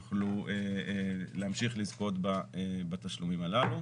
יוכלו להמשיך לזכות בתשלומים הללו.